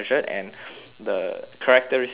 the characteristics of creative